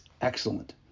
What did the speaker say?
excellent